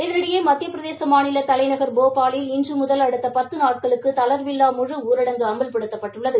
இதனிடையே மத்திய பிரதேச மாநில தலைநகர் போபாலில் இன்று முதல் அடுத்த பத்து நாட்களுக்கு தளா்வில்லா முழு ஊரடங்கு அமல்படுத்தப்பட்டுள்ளது